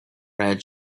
read